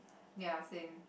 ya same